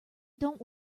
don’t